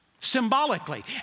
symbolically